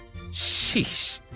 sheesh